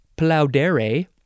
plaudere